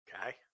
Okay